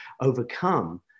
overcome